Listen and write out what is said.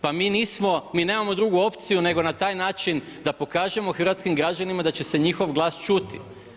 Pa mi nismo, mi nemamo drugu opciju nego na taj način da pokažemo hrvatskim građanima da će se njihov glas čuti.